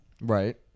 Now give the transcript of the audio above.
Right